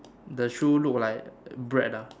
the shoe look like bread ah